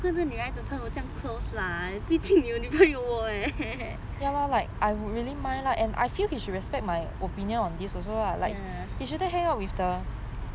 女孩子朋友这样 close lah 毕竟你有女朋友 leh